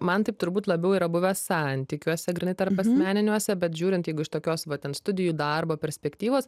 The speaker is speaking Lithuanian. man taip turbūt labiau yra buvę santykiuose grynai tarpasmeniniuose bet žiūrint jeigu iš tokios va ten studijų darbo perspektyvos